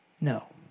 No